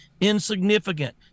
insignificant